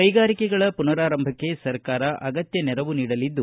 ಕೈಗಾರಿಕೆಗಳ ಪುನರಾರಂಭಕ್ಕೆ ಸರ್ಕಾರ ಅಗತ್ಯ ನೆರವು ನೀಡಲಿದೆ